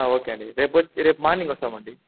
okay అండి రేపొచ్చి రేపు మార్నింగ్ వస్తామండి